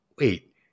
wait